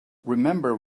remember